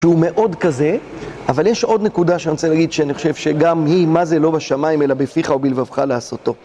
שהוא מאוד כזה, אבל יש עוד נקודה שאני רוצה להגיד, שאני חושב שגם היא, מה זה לא בשמיים אלא בפיך ובלבבך לעשותו